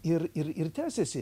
ir ir ir tęsiasi